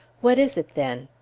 what is it then?